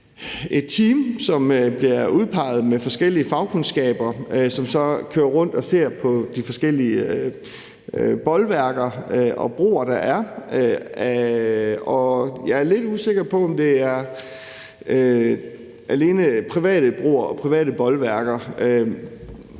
et team, som bliver udpeget med forskellige fagkundskaber, og som så kører rundt og ser på de forskellige bolværker og broer, der er. Og jeg er lidt usikker på, om det alene er private broer og private bolværker,